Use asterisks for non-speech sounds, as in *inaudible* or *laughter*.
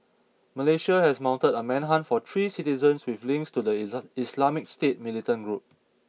Malaysia has mounted a manhunt for three citizens with links to the *unintelligible* Islamic State Militant Group